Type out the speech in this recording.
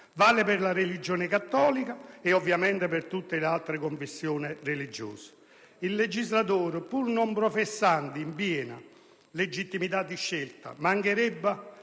vale per la religione cattolica e ovviamente per tutte le altre confessioni religiose. Il legislatore, pur non professando, in piena legittimità di scelta, ci mancherebbe